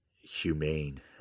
humane